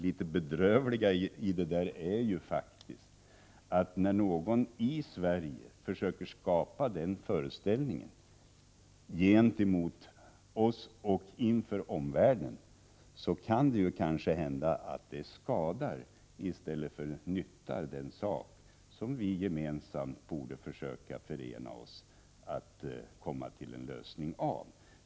Litet bedrövligt är det faktiskt att när någon i Sverige försöker skapa den föreställningen gentemot oss och inför omvärlden, kan det skada den sak där vi gemensamt borde försöka enas om att komma till en lösning.